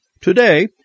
Today